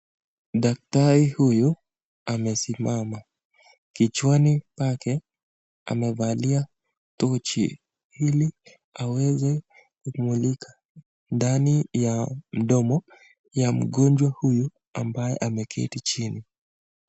Dakatari huyu amesimama. Kichwani pake amevalia tochi ili aweze kumulika ndani ya mdomo ya mgonjwa huyu ambaye ameketi chini.